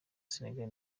senegal